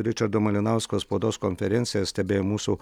ričardo malinausko spaudos konferenciją stebėjo mūsų